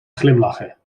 glimlachen